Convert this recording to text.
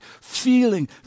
feeling